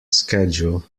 schedule